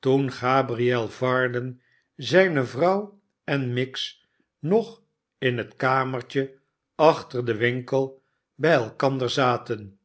toen gabriel varden zijne vrouw en miggs nog in het kamertje achter den winkel bij elkander zaten